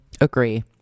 agree